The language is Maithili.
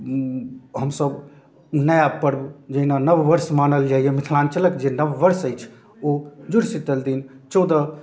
हमसब नया पर्व जहिना नववर्ष मानल जाइए मिथिलाञ्चलके जे नववर्ष अछि ओ जूड़शीतल दिन चौदह